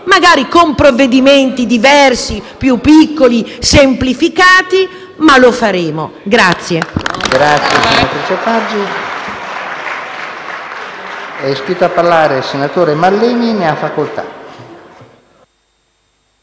magari con provvedimenti diversi, più piccoli, semplificati, ma lo faremo.